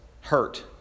hurt